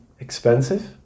expensive